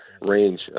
range